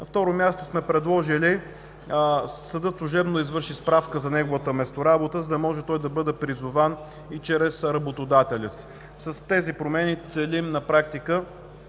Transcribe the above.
На второ място сме предложили съдът служебно да извърши справка за неговата месторабота, за да може той да бъде призован и чрез работодателя си. С тези промени целим на практика